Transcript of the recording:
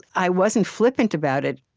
i wasn't flippant about it.